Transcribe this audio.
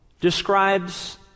describes